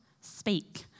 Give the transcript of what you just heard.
Speak